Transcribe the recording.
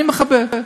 אני מכבד.